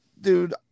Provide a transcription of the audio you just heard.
dude